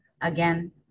again